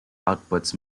outputs